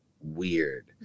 weird